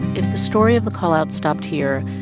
if the story of the call-out stopped here,